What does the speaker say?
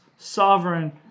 sovereign